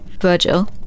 Virgil